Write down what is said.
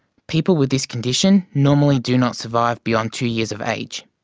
people with this condition normally do not survive beyond two years of age.